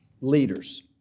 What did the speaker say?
leaders